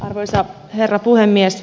arvoisa herra puhemies